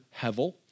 hevel